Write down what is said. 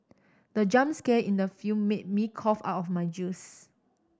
the jump scare in the film made me cough out my juice